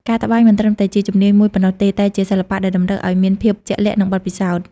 ការត្បាញមិនត្រឹមតែជាជំនាញមួយប៉ុណ្ណោះទេ តែជាសិល្បៈដែលតម្រូវឲ្យមានភាពជាក់លាក់ និងបទពិសោធន៍។